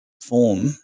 form